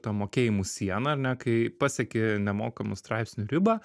ta mokėjimų siena ar ne kai pasieki nemokamų straipsnių ribą